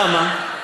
וזאת למה?